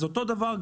אז אותו דבר,